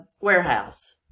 warehouse